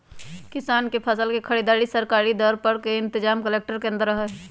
किसान के फसल के खरीदारी सरकारी दर पर करे के इनतजाम कलेक्टर के अंदर रहा हई